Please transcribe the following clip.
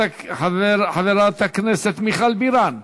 חברת הכנסת מיכל בירן,